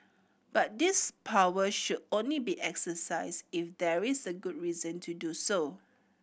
but this power should only be exercised if there is a good reason to do so